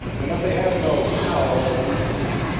and that they had no power over any thing,